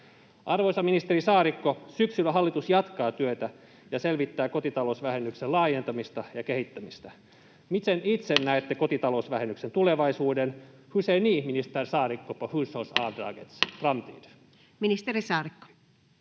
Arvoisa ministeri Saarikko, syksyllä hallitus jatkaa työtä ja selvittää kotitalousvähennyksen laajentamista ja kehittämistä. Miten itse näette kotitalousvähennyksen tulevaisuuden? [Puhemies